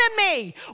enemy